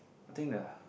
think the